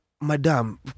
madam